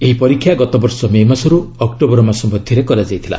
ଏହି ପରୀକ୍ଷା ଗତବର୍ଷ ମେ ମାସର୍ ଅକ୍ନୋବର ମାସ ମଧ୍ୟରେ କରାଯାଇଥିଲା